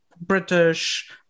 british